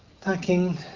Thanking